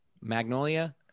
magnolia